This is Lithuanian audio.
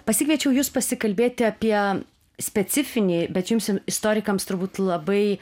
pasikviečiau jus pasikalbėti apie specifinį bet čia jums istorikams turbūt labai